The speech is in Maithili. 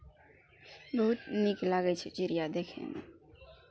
बहुत नीक लागै छै चिड़िया देखयमे